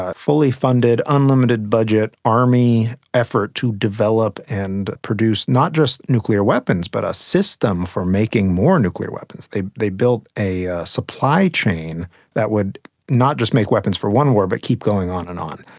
ah fully funded, unlimited budget, army effort to develop and produce not just nuclear weapons but a system for making more nuclear weapons. they they built a a supply chain that would not just make weapons for one war but keep going on and on.